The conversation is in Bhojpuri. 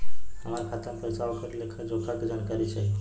हमार खाता में पैसा ओकर लेखा जोखा के जानकारी चाही?